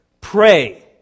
Pray